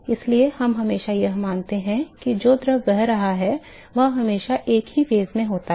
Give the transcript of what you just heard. इसलिए हम हमेशा यह मानते हैं कि जो द्रव बह रहा है वह हमेशा एक ही चरण में होता है